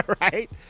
right